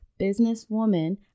businesswoman